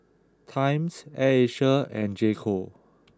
Times Air Asia and J co